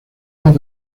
más